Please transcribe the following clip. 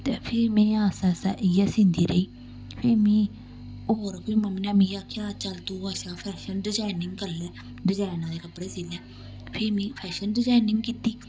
ते फ्ही में आस्ता आस्ता इ'यै सींदी रेही फ्ही मी होर कोई मम्मी ने मिगी आखेआ चल तूं अच्छा फैशन डिजाइनिंग करी लै डिजाइन दे कपड़े सी लै फ्ही में फैशन डिजाइनिंग कीती